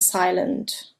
silent